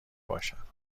باشند